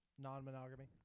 Non-monogamy